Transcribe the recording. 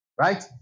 Right